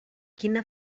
quina